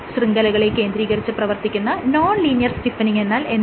ശൃംഖലകളെ കേന്ദ്രീകരിച്ച് പ്രവർത്തിക്കുന്ന non linear stiffening എന്നാൽ എന്താണ്